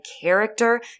character